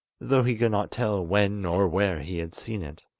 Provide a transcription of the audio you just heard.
though he could not tell when or where he had seen it.